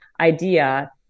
idea